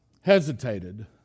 hesitated